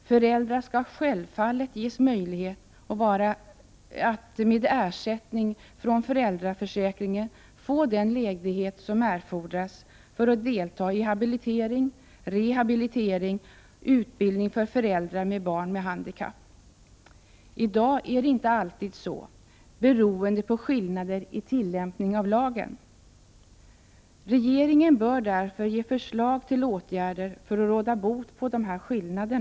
Föräldrar skall självfallet ges möjlighet att med ersättning från föräldraförsäkringen få den ledighet som erfordras för deltagande i habilitering, rehabilitering och utbildning för föräldrar med barn med handikapp. I dag är det inte alltid så, beroende på skillnader i tillämpningen av lagen. Regeringen bör därför ge förslag till åtgärder för att råda bot på dessa skillnader.